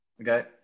Okay